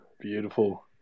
beautiful